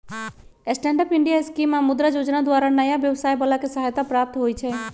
stand up India scheme आऽ मुद्रा जोजना द्वारा नयाँ व्यवसाय बला के सहायता प्राप्त होइ छइ